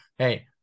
Hey